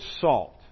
salt